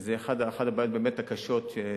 שזאת אחת הבעיות הקשות באמת,